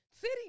City